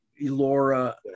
laura